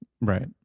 right